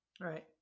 Right